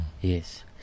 Yes